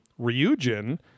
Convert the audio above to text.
ryujin